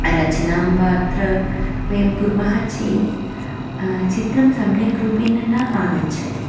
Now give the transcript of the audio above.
रचनां वा अत्र वयं कुर्मः चेत् चित्रं सम्यक् रूपेण न आगच्छति